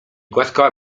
głaskała